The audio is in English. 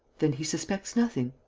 then he suspects nothing?